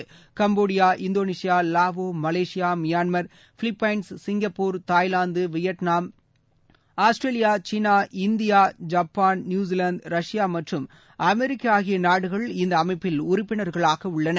Brunei Cambodia Indonesia Lao Malaysia Myanmar Philippines Singapore Thailand Vietnam Australia China India Japan New Zealand Russia மற்றும் America ஆகிய நாடுகள் இந்த அமைப்பில் உறுப்பினர்களாக உள்ளன